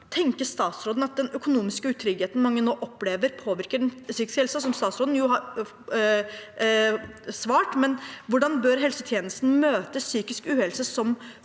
tenker statsråden at den økonomiske utryggheten mange nå opplever, påvirker den psykiske helsen, som statsråden jo har svart på, men hvordan bør helsetjenesten møte psykisk uhelse som